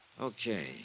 Okay